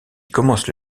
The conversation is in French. commence